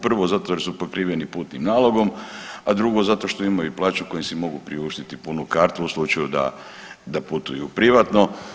Prvo zato jer su pokriveni putnim nalogom, a drugo zato što imaju plaću kojom si mogu priuštiti punu kartu u slučaju da putuju privatno.